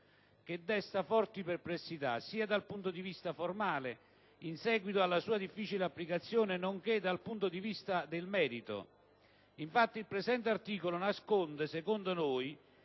che desta forte perplessità sia dal punto di vista formale in seguito alla sua difficile applicazione, sia dal punto di vista del merito. Infatti, il presente articolo nasconde, a nostro